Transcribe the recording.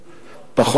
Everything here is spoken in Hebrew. פחות במעשים.